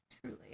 truly